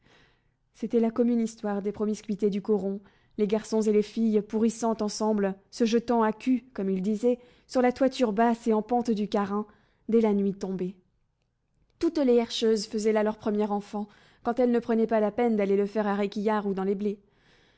c'était la commune histoire des promiscuités du coron les garçons et les filles pourrissant ensemble se jetant à cul comme ils disaient sur la toiture basse et en pente du carin dès la nuit tombée toutes les herscheuses faisaient là leur premier enfant quand elles ne prenaient pas la peine d'aller le faire à réquillart ou dans les blés